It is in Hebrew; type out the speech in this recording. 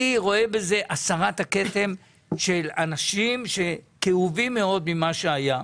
אני רואה בזה הסרת הכתם של אנשים שהם כאובים מאוד ממה שהיה.